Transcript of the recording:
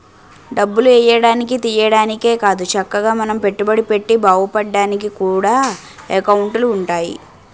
డబ్బులు ఎయ్యడానికి, తియ్యడానికే కాదు చక్కగా మనం పెట్టుబడి పెట్టి బావుపడ్డానికి కూడా ఎకౌంటులు ఉంటాయి